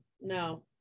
no